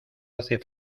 hace